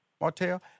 Martell